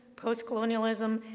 post-colonialism,